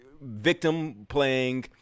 victim-playing